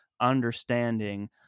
understanding